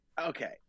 okay